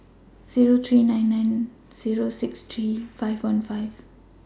Zero three nine nine Zero six three five one five